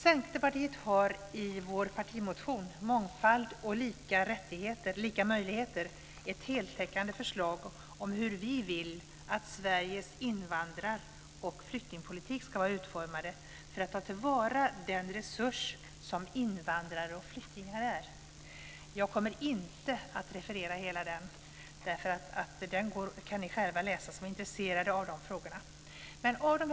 Centerpartiet har i vår partimotion Mångfald och lika möjligheter ett heltäckande förslag om hur vi vill att Sveriges invandrar och flyktingpolitik ska vara utformad för att ta till vara den resurs som invandrare och flyktingar är. Jag kommer inte att referera hela den motionen, därför att den kan ni som är intresserade av de frågorna själva läsa.